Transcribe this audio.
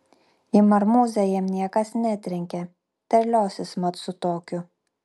į marmuzę jam niekas netrenkia terliosis mat su tokiu